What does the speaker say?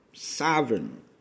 Sovereign